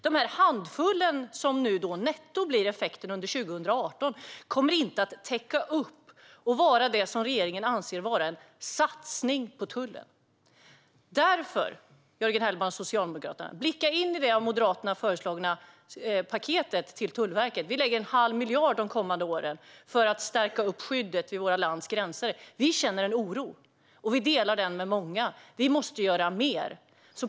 Den handfull som netto blir effekten under 2018 kommer inte att täcka upp och vara det som regeringen anser vara en satsning på tullen. Därför, Jörgen Hellman och Socialdemokraterna: Blicka in i det av Moderaterna föreslagna paketet till Tullverket! Vi lägger en halv miljard de kommande åren för att stärka skyddet vid vårt lands gränser. Vi känner en oro, och vi delar den med många. Vi måste göra mer.